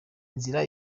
nzira